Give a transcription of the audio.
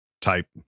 type